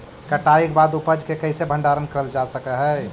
कटाई के बाद उपज के कईसे भंडारण करल जा सक हई?